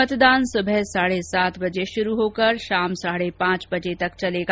मतदान सुबह साढे सात बजे शुरू होकर शाम साढे पांच बजे तक चलेगा